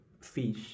fish